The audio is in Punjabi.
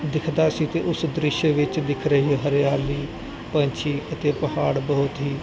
ਦਿਖਦਾ ਸੀ ਤੇ ਉਸ ਦ੍ਰਿਸ਼ ਵਿੱਚ ਦਿਖ ਰਹੀ ਹਰਿਆਲੀ ਪੰਛੀ ਅਤੇ ਪਹਾੜ ਬਹੁਤ ਹੀ